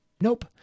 Nope